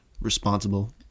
responsible